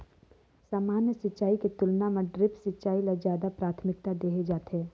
सामान्य सिंचाई के तुलना म ड्रिप सिंचाई ल ज्यादा प्राथमिकता देहे जाथे